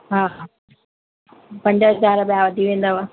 हा हा पंज हज़ार ॿिया वधी वेंदव